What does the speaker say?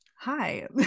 hi